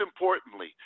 importantly